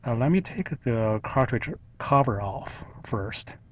ah let me take the cartridge ah cover off first.